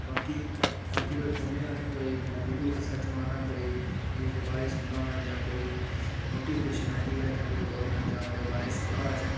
बाकी बाकी फोनै'र कोई गूगल उप्पर सर्च मारना होऐ कोई न्यूज दे बारे च सुनना होऐ जां कोई नोटिफिकेशन आई दे होऐ जां कोई गौरमैंट जाब ओह्दे बारे च सुनना होऐ असें